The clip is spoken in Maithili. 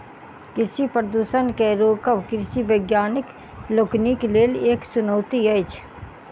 कृषि प्रदूषण के रोकब कृषि वैज्ञानिक लोकनिक लेल एक चुनौती अछि